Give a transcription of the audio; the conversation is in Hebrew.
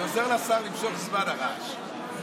זה עוזר לשר למשוך זמן, הרעש.